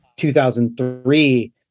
2003